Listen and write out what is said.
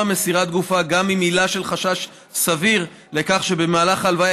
מסירת גופה גם עם עילה של חשש סביר לכך שבמהלך ההלוויה